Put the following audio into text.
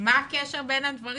מה הקשר בין הדברים?